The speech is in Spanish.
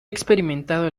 experimentado